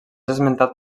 esmentat